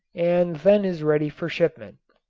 and then is ready for shipment.